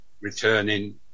returning